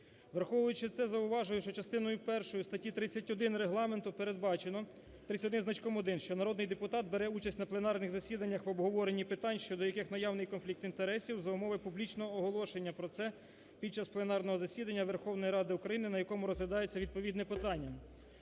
Враховуючи це, зауважую, що частиною першою статті 31 Регламенту передбачено, 31 зі значком 1, що народний депутат бере участь на пленарних засіданнях в обговоренні питань, щодо яких наявний конфлікт інтересів, за умови публічного оголошення про це під час пленарного засідання Верховної Ради України, на якому розглядається відповідне подання.